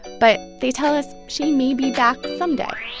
but they tell us she may be back someday